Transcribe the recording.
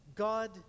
God